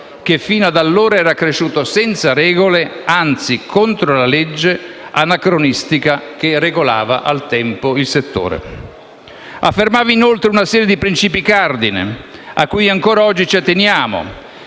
che fino ad allora era cresciuto senza regole e, anzi, contro la legge anacronistica che regolava al tempo il settore. Affermava inoltre una serie di principi cardine, cui ancora oggi ci atteniamo: